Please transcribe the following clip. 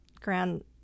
grand